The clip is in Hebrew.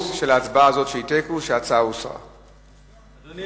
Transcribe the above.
שהיא תיקו, שההצעה הוסרה מסדר-היום.